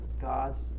God's